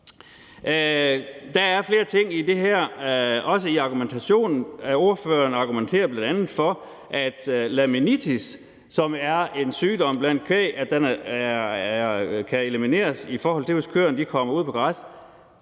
Der er flere ting i det her, også i argumentationen. Ordførerne argumenterer bl.a. for, at laminitis, som er en sygdom blandt kvæg, kan elimineres, hvis køerne kommer ud på græs.